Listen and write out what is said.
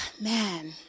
man